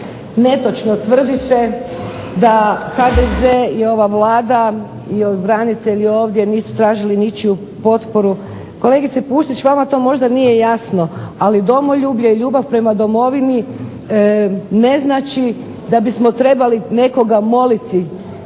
netočno tvrdite da HDZ i ova Vlada i ovi branitelji ovdje nisu tražili ničiju potporu. Kolegice Pusić vama to možda nije jasno, ali domoljublje i ljubav prema domovini ne znači da bismo trebali nekoga moliti